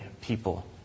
people